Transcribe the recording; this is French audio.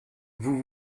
vous